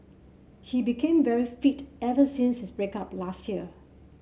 he became very fit ever since his break up last year